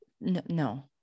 No